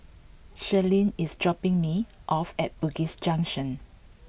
Shirleen is dropping me off at Bugis Junction